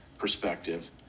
perspective